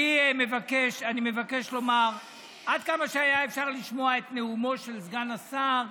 אני מבקש לומר שעד כמה שהיה אפשר לשמוע את נאומו של סגן השר,